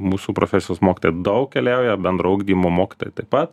mūsų profesijos mokytojai daug keliauja bendro ugdymo mokytojai taip pat